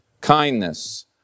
kindness